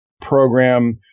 program